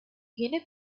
guinea